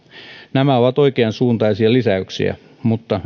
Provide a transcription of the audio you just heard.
nämä ovat oikeansuuntaisia lisäyksiä mutta